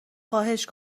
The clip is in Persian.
خواهش